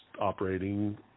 operating